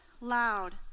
loud